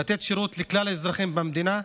לתת שירות לכלל האזרחים במדינה.